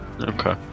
Okay